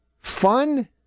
Fun